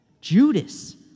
Judas